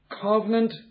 Covenant